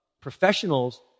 Professionals